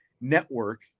network